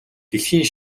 дэлхийн